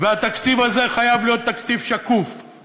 והתקציב הזה חייב להיות תקציב שקוף.